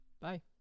Bye